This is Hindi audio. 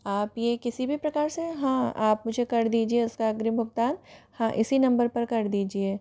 आप ये किसी भी प्रकार से हाँ आप मुझे कर दीजिए उसका अग्रिम भुगतान हाँ इसी नंबर पर कर दीजिए